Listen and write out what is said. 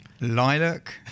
Lilac